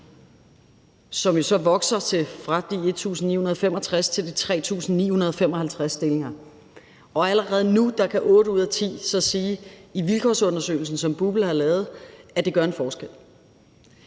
som jo så vokser fra de 1.965 til de 3.955 stillinger. Allerede nu kan otte ud af ti i vilkårsundersøgelsen, som BUPL har lavet, så sige, at det gør en forskel.